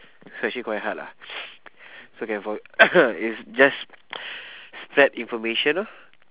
so actually quite hard lah so can for it's just spread information lor